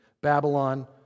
Babylon